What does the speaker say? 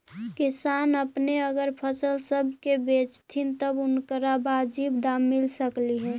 किसान अपने अगर फसल सब के बेचतथीन तब उनकरा बाजीब दाम मिल सकलई हे